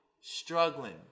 Struggling